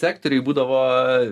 sektoriuj būdavo